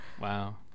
Wow